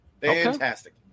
Fantastic